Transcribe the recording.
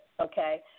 okay